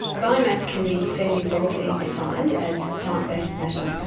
biomass can be fairly broadly defined as plant-based matter.